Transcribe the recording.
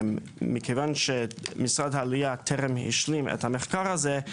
מכיוון שמשרד העלייה טרם השלים את המחקר הזה,